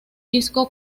disco